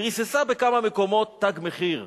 וריססה בכמה מקומות "תג מחיר".